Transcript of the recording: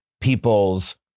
people's